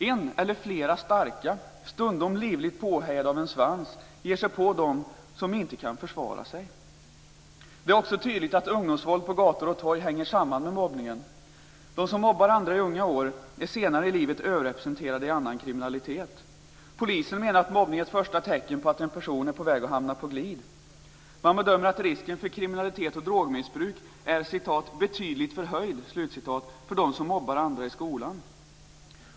En eller flera starka, stundom livligt påhejade av en svans, ger sig på dem som inte kan försvara sig. Det är också tydligt att ungdomsvåld på gator och torg hänger samman med mobbningen. De som mobbar andra i unga år är senare i livet överrepresenterade i annan kriminalitet. Polisen menar att mobbning är första tecknet på att en person är på väg att hamna på glid. Man bedömer att risken för kriminalitet och drogmissbruk är "betydligt förhöjd" för dem som mobbar andra i skolan.